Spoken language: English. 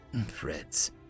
Freds